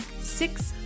six